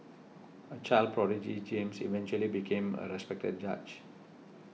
a child prodigy James eventually became a respected judge